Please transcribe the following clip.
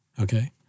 okay